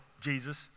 Jesus